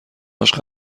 هاش